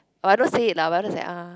I don't say it lah uh